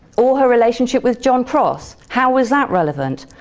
or her relationship with john cross? how was that relevant?